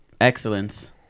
excellence